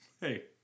hey